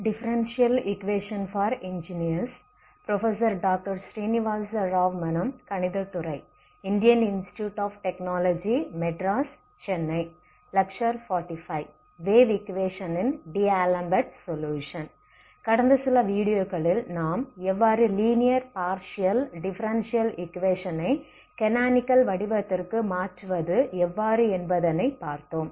wave ஈக்வேஷனின் d'Alembert solution கடந்த சில வீடியோக்களில் நாம் எவ்வாறு லீனியர் பார்ட்டியல் டிஃபரெண்ஸியல் ஈக்வேஷனை கானானிகல் வடிவத்திற்கு மாற்றுவது எவ்வாறு என்பதனை பார்த்தோம்